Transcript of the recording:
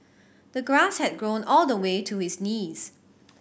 the grass had grown all the way to his knees